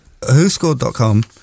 whoscored.com